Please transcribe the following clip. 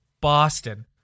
Boston